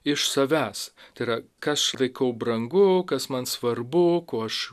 iš savęs tai yra ką aš laikau brangu kas man svarbu kuo aš